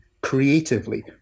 creatively